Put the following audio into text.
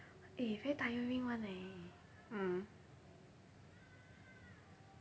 eh very tiring [one] eh mm